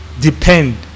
depend